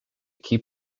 keep